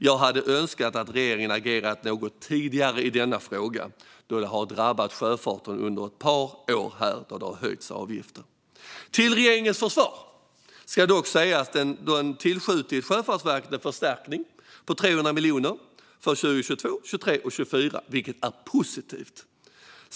Jag hade önskat att regeringen hade agerat något tidigare i denna fråga, då detta har drabbat sjöfarten under ett par år då avgifterna höjts. Till regeringens försvar ska dock sägas att den har tillskjutit Sjöfartsverket en förstärkning på 300 miljoner för 2022, 2023 och 2024, vilket är positivt.